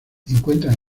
encuentran